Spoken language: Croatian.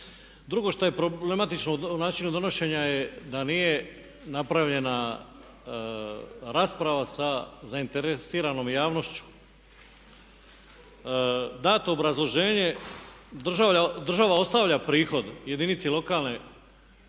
Drugo što je problematično u načinu donošenja je da nije napravljena rasprava sa zainteresiranom javnošću. Dato obrazloženje država ostavlja prihod jedinici lokalne